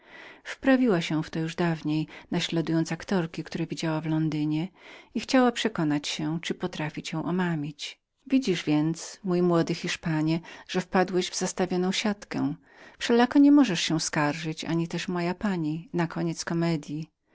wprawiła się już powtarzając po aktorkach które widziała w londynie i chciała przekonać się czyli potrafi cię omamić widzisz więc mój młody hiszpanie że wpadłeś w zastawioną siatkę wszelako nie możesz się skarżyć ani też moja pani na koniec komedyi